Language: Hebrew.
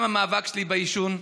וגם המאבק שלי בעישון.